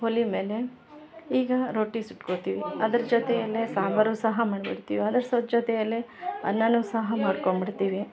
ಒಲಿ ಮೇಲೆ ಈಗ ರೊಟ್ಟಿ ಸುಟ್ಕೊತೀವಿ ಅದ್ರ ಜೊತೆಯಲ್ಲೇ ಸಾಂಬಾರು ಸಹ ಮಾಡ್ಬಿಡ್ತೀವಿ ಅದ್ರ ಸ್ವಲ್ಪ್ ಜೊತೆಯಲ್ಲೇ ಅನ್ನ ಸಹ ಮಾಡ್ಕೊಬಿಡ್ತೀವಿ